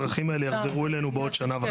טכנולוגיות לצערי עוד לא נכנסו,